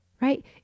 Right